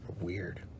weird